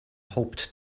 hoped